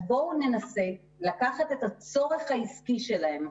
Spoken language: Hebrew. אז בואו ננסה לקחת את הצורך העסקי שלהם,